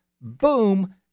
boom